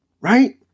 Right